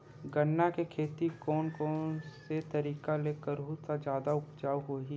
गन्ना के खेती कोन कोन तरीका ले करहु त जादा उपजाऊ होही?